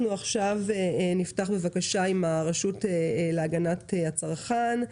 נפתח בבקשה עם הרשות להגנת הצרכן.